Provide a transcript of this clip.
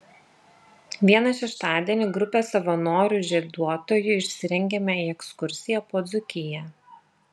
vieną šeštadienį grupė savanorių žieduotojų išsirengėme į ekskursiją po dzūkiją